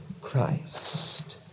Christ